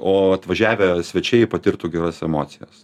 o atvažiavę svečiai patirtų geras emocijas